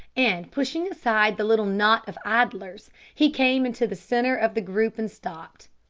and pushing aside the little knot of idlers, he came into the centre of the group and stopped.